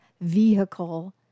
vehicle